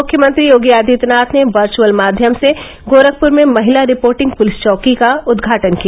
मुख्यमंत्री योगी आदित्यनाथ ने वर्च्अल माध्यम से गोरखपुर में महिला रिपोर्टिंग पुलिस चौकी का उदघाटन किया